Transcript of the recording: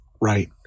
right